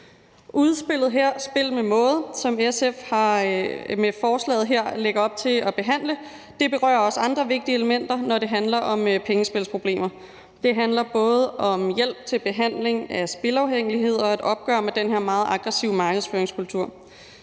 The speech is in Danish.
Udspillet her, »Spil med måde«, som SF med forslaget her lægger op til at behandle, berører også andre vigtige elementer, når det handler om pengespilsproblemer. Det handler både om hjælp til behandling af spilafhængighed og et opgør med den her meget aggressive markedsføringskultur.